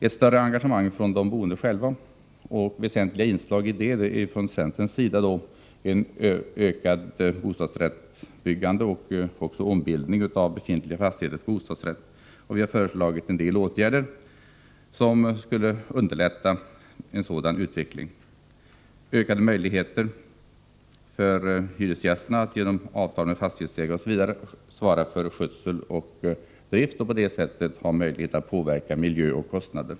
Ett större engagemang från de boende själva bör ingå. Ett väsentligt inslag i det är ett ökat bostadsrättsbyggande och även en ombildning av befintliga fastigheter till bostadsrätter. Vi har föreslagit en del åtgärder som skulle underlätta en sådan utveckling. Det gäller också ökade möjligheter för hyresgästerna att genom avtal med fastighetsägare svara för skötsel och drift och på det sättet kunna påverka miljö och kostnader.